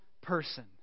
person